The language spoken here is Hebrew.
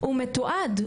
הוא מתועד.